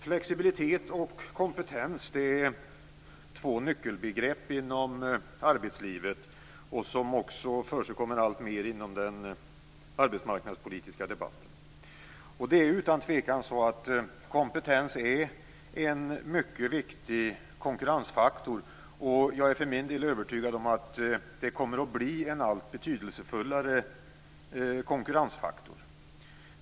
Flexibilitet och kompetens är två nyckelbegrepp inom arbetslivet. De förekommer också alltmer inom den arbetsmarknadspolitiska debatten. Kompetens är utan tvekan en mycket viktig konkurrensfaktor. Jag är övertygad om att det kommer att bli en allt betydelsefullare konkurrensfaktor.